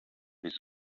his